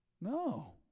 no